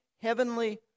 heavenly